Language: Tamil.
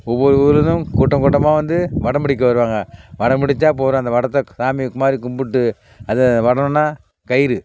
ஒவ்வொரு ஊரில் இருந்தும் கூட்டம் கூட்டமாக வந்து வடம் பிடிக்க வருவாங்க வடம் பிடித்தா போதும் அந்த வடத்தை சாமிக் மாதிரி கும்பிட்டு அதை வடன்னா கயிறு